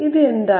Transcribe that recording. ഇത് എന്താണ്